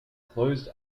closed